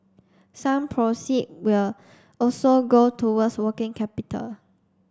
some proceed will also go towards working capital